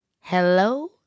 Hello